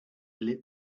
lit